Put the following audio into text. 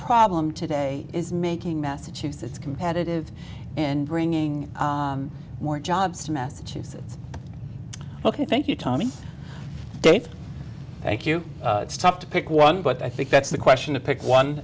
problem today is making massachusetts competitive and bringing more jobs to massachusetts ok thank you tommy davis thank you it's tough to pick one but i think that's the question to pick one